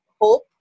hope